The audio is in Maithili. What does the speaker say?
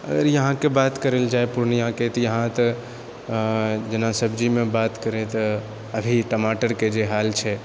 अगर यहाँके बात करल जाए पूर्णियाके तऽ यहाँ तऽ जेना सब्जीमे बात करए तऽ अभी टमाटरके जे हाल छै